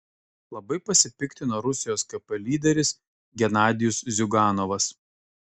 labai pasipiktino rusijos kp lyderis genadijus ziuganovas